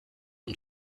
und